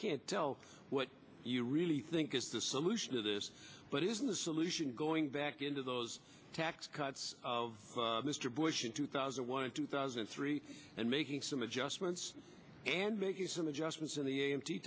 can't tell what you really think is the solution to this but isn't the solution going back into those tax cuts of mr bush in two thousand and one and two thousand and three and making some adjustments and making some adjustments in the a